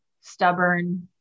stubborn